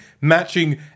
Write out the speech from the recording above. matching